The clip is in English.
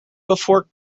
before